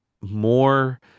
more